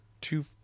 two